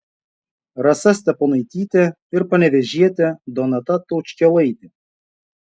rasa steponaitytė ir panevėžietė donata taučkėlaitė